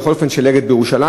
בכל אופן של "אגד" בירושלים.